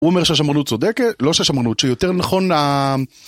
הוא אומר שהשמרנות צודקת, לא שהשמרנות... שיותר נכון ה...